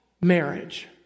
marriage